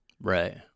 Right